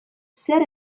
zer